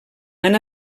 han